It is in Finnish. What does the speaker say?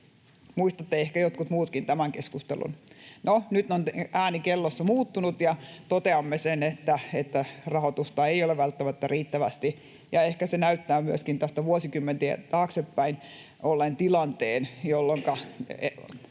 Muistatte ehkä jotkut muutkin tämän keskustelun. No, nyt on ääni kellossa muuttunut ja toteamme sen, että rahoitusta ei ole välttämättä riittävästi, ja ehkä se näyttää myöskin tästä vuosikymmeniä taaksepäin olleen tilanteen, jolloinka